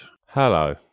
Hello